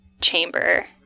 chamber